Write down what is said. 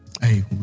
hey